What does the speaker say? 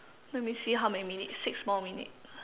let me see how many minutes six more minutes